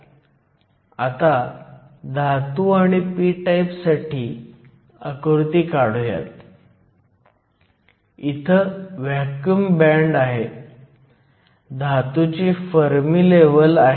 आपल्याला हे देखील माहित आहे की एकूण रुंदी W ही Wp Wn आहे आणि एकूण रुंदी W 130 नॅनोमीटर इतकी मोजली गेली आहे